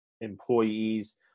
employees